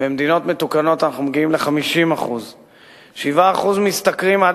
במדינות מתוקנות אנחנו מגיעים ל-50% 7% משתכרים עד